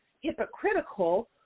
hypocritical